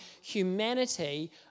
humanity